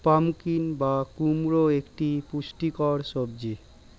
pumpkin বা কুমড়ো একটি পুষ্টিকর সবজি